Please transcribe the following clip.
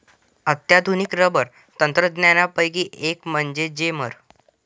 अत्याधुनिक रबर तंत्रज्ञानापैकी एक म्हणजे जेमर